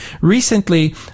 recently